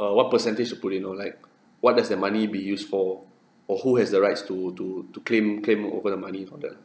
uh what percentage to put in or like what does that money be used for or who has the rights to to to claim claim over the money for that